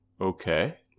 Okay